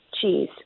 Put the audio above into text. cheese